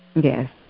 yes